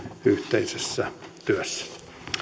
yhteisessä työssä